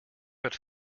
het